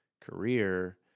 career